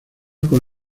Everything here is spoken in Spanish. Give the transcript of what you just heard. con